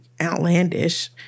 outlandish